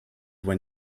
when